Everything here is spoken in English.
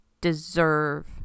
deserve